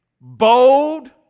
Bold